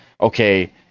okay